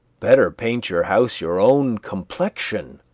better paint your house your own complexion